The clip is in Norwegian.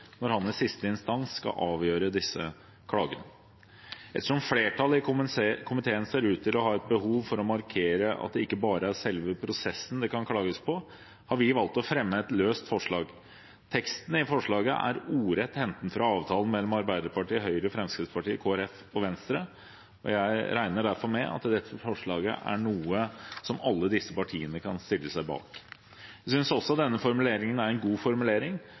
når han i siste instans skal avgjøre disse klagene. Ettersom flertallet i komiteen ser ut til å ha et behov for å markere at det ikke bare er selve prosessen det kan klages på, har vi valgt å fremme et omdelt forslag. Teksten i forslaget er ordrett hentet fra avtalen mellom Arbeiderpartiet, Høyre, Fremskrittspartiet, Kristelig Folkeparti og Venstre, og jeg regner derfor med at dette forslaget er noe som alle disse partiene kan stille seg bak. Jeg synes også denne formuleringen er en god formulering,